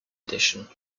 edition